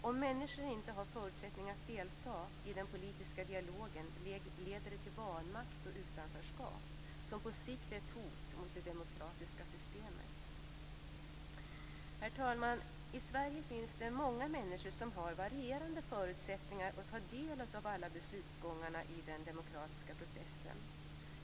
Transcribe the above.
Om människor inte har förutsättningar att delta i den politiska dialogen leder det till vanmakt och utanförskap som på sikt är ett hot mot det demokratiska systemet. Herr talman! I Sverige finns det många människor med varierande förutsättningar att ta del av alla beslutsgångarna i den demokratiska processen.